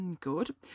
Good